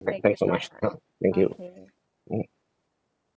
thank thanks so much ah thank you mm